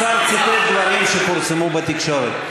השר ציטט דברים שפורסמו בתקשורת.